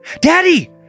Daddy